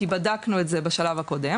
כי בדקנו את זה בשלב הקודם,